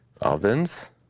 Ovens